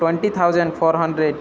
twenty thousand four hundred